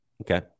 Okay